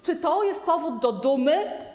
Czy to jest powód do dumy?